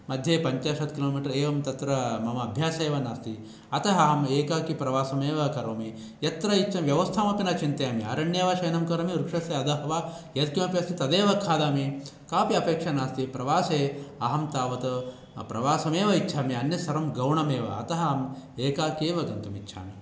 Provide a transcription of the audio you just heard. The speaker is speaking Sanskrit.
मध्ये पञ्चाशत् किलोमीटर् एवं तत्र मम अभ्यासः एव नास्ति अतः अहम् एकाकी प्रवासम् एव करोमि यत्र इच्छ व्यवस्थामपि न चिन्तयामि अरण्ये वा शयनं करोमि वृक्षस्य अधः वा यत्किमपि अस्ति तदेव खादामि कापि अपेक्षा नास्ति प्रवासे अहं तावत् प्रवासमेव इच्छामि अन्यत् सर्वं गौणमेव अतः अहम् एकाकी एव गन्तुमिच्छामि